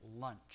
lunch